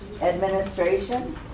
Administration